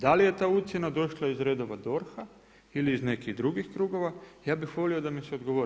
Da li je ta ucjena došla iz redova DORH-a ili iz nekih drugih krugova, ja bih volio da mi se odgovori.